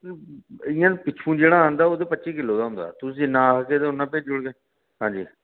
इ'यां पिच्छुं जेह्ड़ा आंदा ओह् ते पच्ची किलो दा होंदा तुस जिन्ना आखगे ते उ'न्ना भेजी उड़गे